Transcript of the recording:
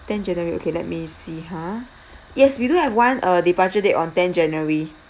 tenth january okay let me see huh yes we do have one uh departure date on tenth january